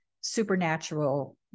supernatural